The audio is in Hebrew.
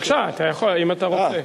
בבקשה, אתה יכול אם אתה רוצה.